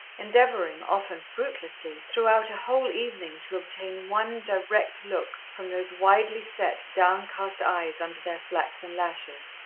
endeavouring, often fruitlessly, throughout a whole evening, to obtain one direct look from those widely-set, downcast eyes under their flaxen lashes.